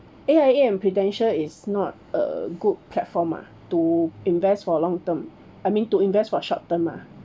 A_I_A and prudential is not a good platform ah to invest for long term I mean to invest for short term ah